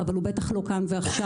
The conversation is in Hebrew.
אבל הוא בטח לא כאן ועכשיו.